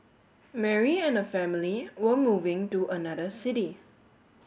Mary and her family were moving to another city